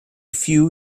few